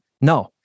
No